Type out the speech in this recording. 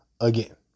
again